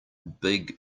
big